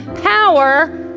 power